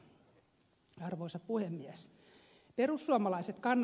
arvoisa puhemies